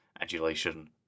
adulation